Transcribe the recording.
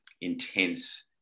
intense